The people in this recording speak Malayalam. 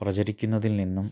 പ്രചരിക്കുന്നതിൽ നിന്നും